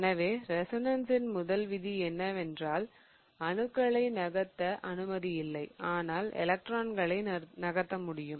எனவே ரெசோனன்ஸின் முதல் விதி என்னவென்றால் அணுக்களை நகர்த்த அனுமதி இல்லை ஆனால் எலக்ட்ரான்களை நகர்த்த முடியும்